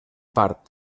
part